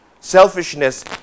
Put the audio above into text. selfishness